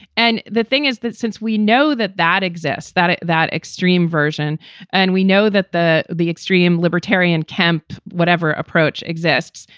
and the thing is that since we know that that exists, that at that extreme version and we know that the the extreme libertarian camp, whatever approach exists.